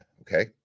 Okay